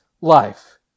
life